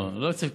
לא אצל כבל.